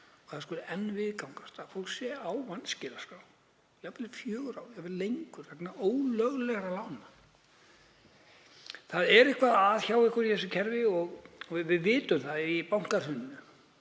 að það skuli enn viðgangast að fólk sé á vanskilaskrá jafnvel í fjögur ár, jafnvel lengur, vegna ólöglegra lána. Það er eitthvað að hjá okkur í þessu kerfi. Við vitum að í bankahruninu,